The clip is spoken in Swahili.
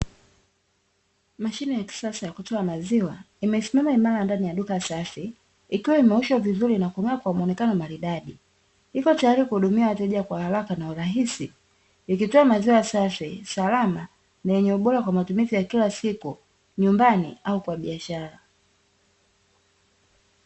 Mashine ya kisasa ya kutoa maziwa imesimama imara ndani ya duka safi, ikiwa imeoshwa vizuri na kung'aa kwa muonekano maridadi, iko tayari kuhudumia wateja kwa haraka na urahisi ikitoa maziwa safi, salama na yenye ubora kwa matumizi ya kila siku, nyumbani au kwa biashara.